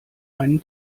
einen